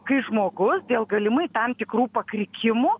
kai žmogus dėl galimai tam tikrų pakrikimų